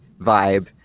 vibe